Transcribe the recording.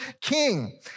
king